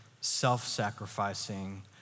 self-sacrificing